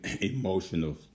emotional